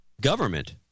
Government